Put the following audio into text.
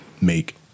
make